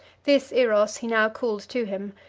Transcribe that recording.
this eros he now called to him,